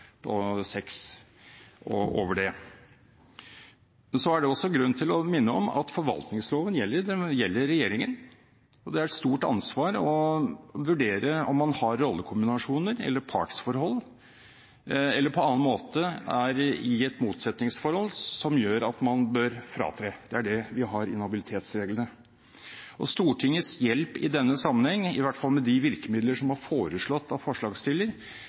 på seks og over det. Det er også grunn til å minne om at forvaltningsloven gjelder regjeringen. Det er et stort ansvar å vurdere om man har rollekombinasjoner eller er i partsforhold eller på annen måte er i et motsetningsforhold som gjør at man bør fratre. Det er det vi har inhabilitetsreglene for. Stortingets hjelp i denne sammenheng, i hvert fall med de virkemidler som er foreslått av